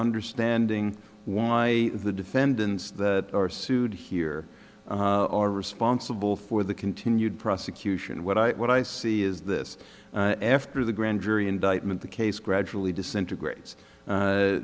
understanding why the defendants that are sued here are responsible for the continued prosecution what i what i see is this after the grand jury indictment the case gradually disintegrates